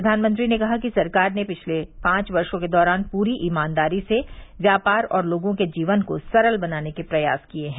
प्रधानमंत्री ने कहा कि सरकार ने पिछले पांच वर्षों के दौरान पूरी ईमानदारी से व्यापार और लोगों के जीवन को सरल बनाने के प्रयास किये हैं